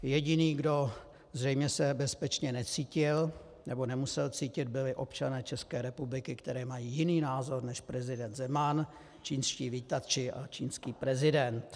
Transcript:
Jediný, kdo zřejmě se bezpečně necítil nebo nemusel cítit, byli občané České republiky, kteří mají jiný názor než prezident Zeman, čínští vítači a čínský prezident.